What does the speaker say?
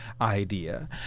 idea